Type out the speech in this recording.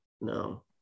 no